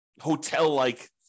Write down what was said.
hotel-like